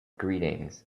greetings